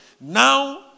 Now